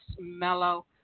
mellow